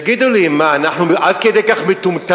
תגידו לי, מה, אנחנו עד כדי כך מטומטמים?